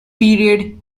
period